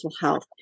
health